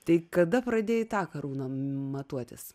tai kada pradėjai tą karūną matuotis